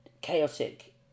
chaotic